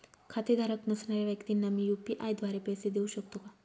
खातेधारक नसणाऱ्या व्यक्तींना मी यू.पी.आय द्वारे पैसे देऊ शकतो का?